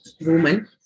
woman